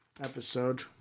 episode